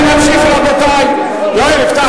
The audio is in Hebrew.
כשאתה הקראת אני לא הפרעתי לך: